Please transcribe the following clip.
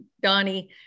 Donnie